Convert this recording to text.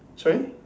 sorry